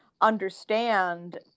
understand